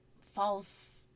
false